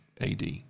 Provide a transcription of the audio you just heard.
AD